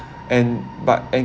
and but and